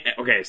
Okay